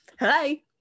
hi